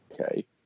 Okay